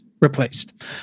replaced